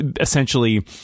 essentially